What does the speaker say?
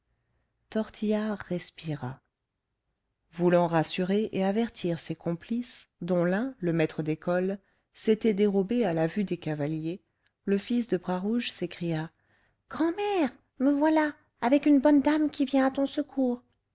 tortillard respira voulant rassurer et avertir ses complices dont l'un le maître d'école s'était dérobé à la vue des cavaliers le fils de bras rouge s'écria grand'mère me voilà avec une bonne dame qui vient à ton secours